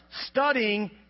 Studying